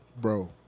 bro